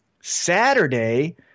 Saturday –